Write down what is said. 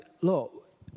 look